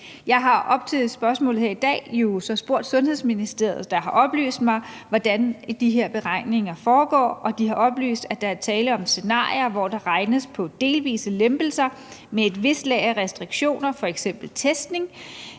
Jeg har op til spørgsmålet her i dag jo så spurgt i Sundhedsministeriet, hvordan de her beregninger foretages, og ministeriet har oplyst, at der er tale om scenarier, hvor der regnes på delvise lempelser med et vis lag af restriktioner, f.eks. testning,